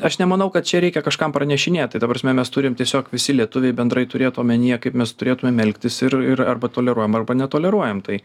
aš nemanau kad čia reikia kažkam pranešinėt tai ta prasme mes turim tiesiog visi lietuviai bendrai turėt omenyje kaip mes turėtumėm elgtis ir ir arba toleruojam arba netoleruojam tai